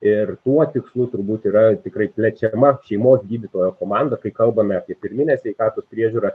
ir tuo tikslu turbūt yra tikrai plečiama šeimos gydytojo komanda kai kalbame apie pirminę sveikatos priežiūrą